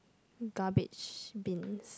garbage bins